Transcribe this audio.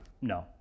No